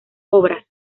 obras